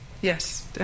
Yes